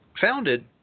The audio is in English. founded